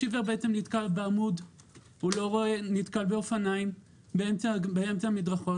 עיוור נתקל בעמוד או נתקל באופניים באמצע המדרכות.